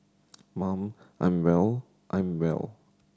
mum I'm well I'm well